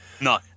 No